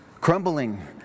crumbling